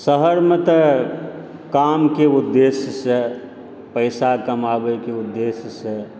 शहरमे तऽ कामके उदेश्यसँ पैसा कमाबयके उदेश्यसँ